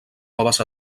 noves